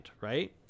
right